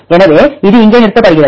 எனவே இது இங்கே நிறுத்தப்படுகிறது